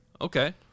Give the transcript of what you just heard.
Okay